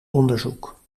onderzoek